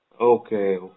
Okay